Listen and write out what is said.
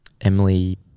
Emily